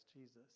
Jesus